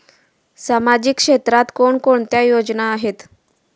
सामाजिक क्षेत्रात कोणकोणत्या योजना आहेत?